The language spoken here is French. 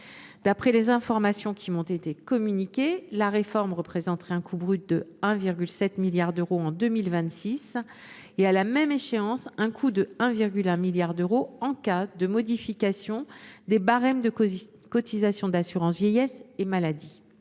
D’après les informations qui m’ont été communiquées, la réforme représenterait un coût brut de 1,7 milliard d’euros en 2026 ; à la même date, ce coût serait de 1,1 milliard d’euros en cas de modification des barèmes des cotisations d’assurance vieillesse et